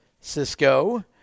Cisco